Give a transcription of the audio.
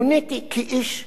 מוניתי כאיש מקצוע.